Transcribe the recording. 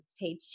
page